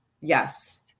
Yes